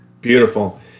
beautiful